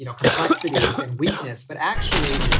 you know complexities and weakness. but actually,